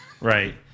Right